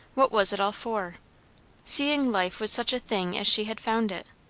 what was it all for seeing life was such a thing as she had found it.